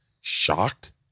shocked